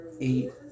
eight